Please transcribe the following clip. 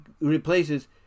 replaces